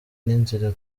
n’inzira